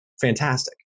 fantastic